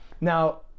Now